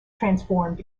transformed